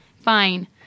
fine